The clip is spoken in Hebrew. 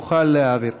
תוכל להעביר.